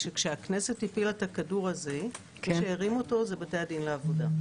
שכשהכנסת הפילה את הכדור הזה מי שהרים אותו זה בתי הדין לעבודה.